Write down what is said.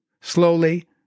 Slowly